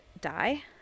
die